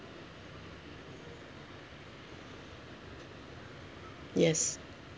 yes